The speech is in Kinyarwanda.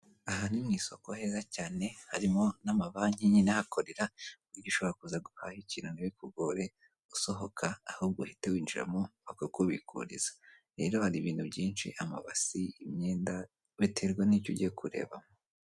Aha ni mu isoko heza cyane harimo n'amabanki nyine ahakorera ku buryo ushobora kuza guhaha ikintu ntibikugore usohoka ahubwo uhita winjiramo bakakubikuririza rero hari ibintu byinshi amabasi, imyenda biterwa n'icyo ugiye kurebamo.